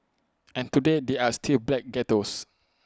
and today there are still black ghettos